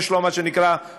יש לו מה שנקרא פוסט-פוליו.